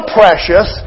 precious